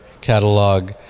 catalog